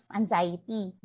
anxiety